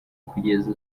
kugeza